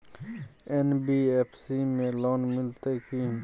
NBFC में loan मिलते की?